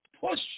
push